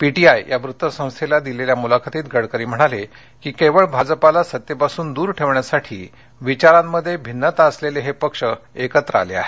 PTI या वृत्तसंस्थेला दिलेल्या मुलाखतीत गडकरी म्हणाले की केवळ भाजपाला सत्तेपासून दूर ठेवण्यासाठी विचारांमध्ये भिन्नता असलेले हे पक्ष एकत्र आले आहेत